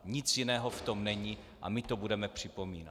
Nic jiného v tom není a my to budeme připomínat!